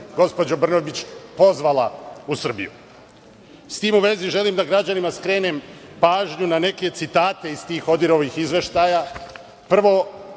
gospođo Brnabić, pozvala u Srbiju.S tim u vezi, želim da građanima skrenem pažnju na neke citate iz tih ODIHR-ih izveštaja.